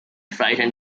frightened